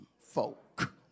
folk